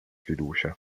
fiducia